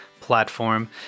platform